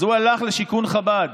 אז הוא הלך לשיכון חב"ד.